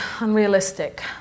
unrealistic